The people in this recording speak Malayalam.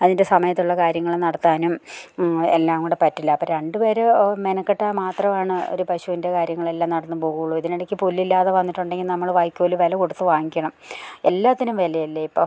അതിൻ്റെ സമയത്തുള്ള കാര്യങ്ങൾ നടത്താനും എല്ലാം കൂടി പറ്റില്ല അപ്പം രണ്ട് പേര് മെനക്കെട്ടാൽ മാത്രമാണ് ഒരു പശുവിൻ്റെ കാര്യങ്ങളെല്ലാം നടന്നു പോകുകയുള്ളൂ ഇതിനിടക്ക് പുല്ലില്ലാതെ വന്നിട്ടുണ്ടെങ്കിൽ നമ്മൾ വൈക്കോൽ വില കൊടുത്ത് വാങ്ങിക്കണം എല്ലാറ്റിനും വിലയല്ലേ ഇപ്പോൾ